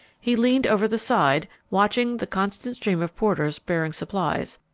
he leaned over the side, watching the constant stream of porters bearing supplies,